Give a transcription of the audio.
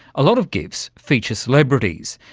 a lot of gifs feature celebrities.